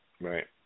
Right